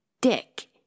dick